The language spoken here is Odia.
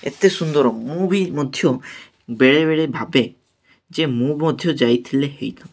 ଏତେ ସୁନ୍ଦର ମୁଁ ବି ମଧ୍ୟ ବେଳେବେଳେ ଭାବେ ଯେ ମୁଁ ମଧ୍ୟ ଯାଇଥିଲେ ହୋଇଥାନ୍ତା